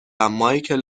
مایکل